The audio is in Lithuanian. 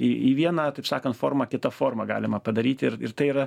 į į vieną taip sakant formą kita forma galima padaryti ir ir tai yra